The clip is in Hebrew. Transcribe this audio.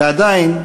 ועדיין,